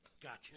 Gotcha